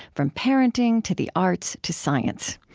from parenting to the arts to science.